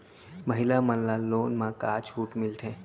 महिला मन ला लोन मा का छूट मिलथे?